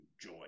joy